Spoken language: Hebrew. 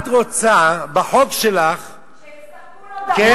את רוצה בחוק שלך, שיספקו לו קורת גג.